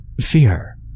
Fear